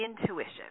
intuition